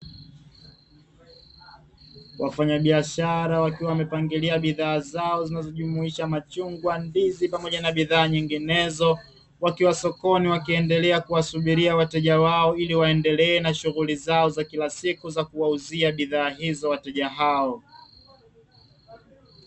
Wafanyabiashara wakiwa wamepangilia bidhaa zao zinazojumuisha machungwa, ndizi pamoja na bidhaa nyinginezo; wakiwa sokoni wakiendelea kuwasubiria wateja wao ili waendelee na shughuli zao za kila siku za kuwauzia bidhaa hizo wateja hao.